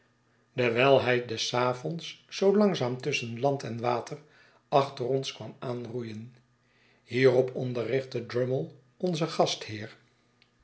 dewijl hij des avonds zoo langzaam tusschen land en water achter ons kwam aanroeien hierop onderrichtte drummle onzen gastheer